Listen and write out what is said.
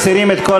מסירים את כל